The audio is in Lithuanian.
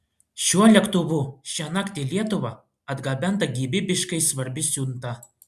šiuo lėktuvu šiąnakt į lietuvą atgabenta gyvybiškai svarbi siunta